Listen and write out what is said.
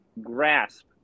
grasp